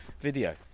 video